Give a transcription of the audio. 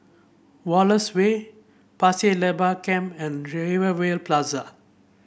Wallace Way Pasir Laba Camp and Rivervale Plaza